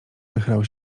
wychylał